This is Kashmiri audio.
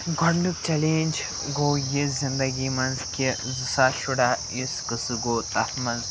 گۄڈنیُک چلینٛج گوٚو یہِ زِندگی منٛز کہِ زٕ ساس شُر اہ یُس قٕصہٕ گوٚو تَتھ منٛز